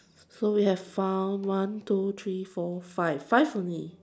so we have found one two three four five five only